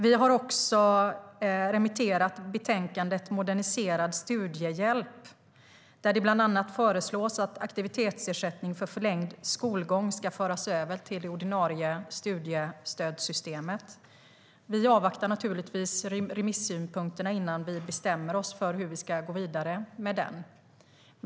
Vi har remitterat betänkandet Moderniserad studiehjälp , där det bland annat föreslås att aktivitetsersättning för förlängd skolgång ska föras över till det ordinarie studiestödssystemet. Vi avvaktar naturligtvis remissynpunkterna innan vi bestämmer oss för hur vi ska gå vidare med det.